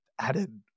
added